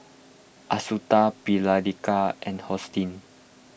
Assunta Phylicia and Hosteen